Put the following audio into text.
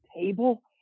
table